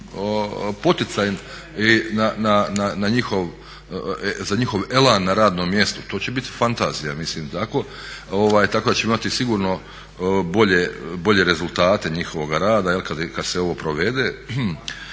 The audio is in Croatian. poticaj za njihov elan na radnom mjestu, to će biti fantazija mislim tako, tako da ćemo imati sigurno bolje rezultate njihovoga rada kad se ovo provede.